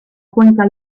cuenca